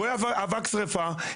רואה אבק שריפה,